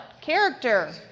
Character